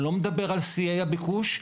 אני לא מדבר על שיאי הביקוש.